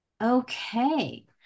Okay